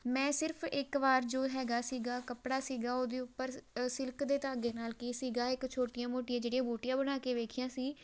ਮੈਂ ਸਿਰਹੈ ਇੱਕ ਵਾਰ ਜੋ ਹੈਗਾ ਸੀਗਾ ਕੱਪੜਾ ਸੀਗਾ ਉਹਦੇ ਉੱਪਰ ਸਿਲਕ ਦੇ ਧਾਗੇ ਨਾਲ ਕੀ ਸੀਗਾ ਇੱਕ ਛੋਟੀਆਂ ਮੋਟੀਆਂ ਜਿਹੜੀਆਂ ਬੂਟੀਆਂ ਬਣਾ ਕੇ ਦੇਖੀਆਂ ਸੀ